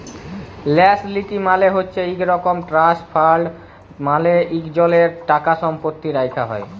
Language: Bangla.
ল্যাস লীতি মালে হছে ইক রকম ট্রাস্ট ফাল্ড মালে ইকজলের টাকাসম্পত্তি রাখ্যা হ্যয়